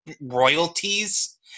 royalties